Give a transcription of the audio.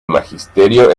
magisterio